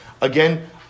Again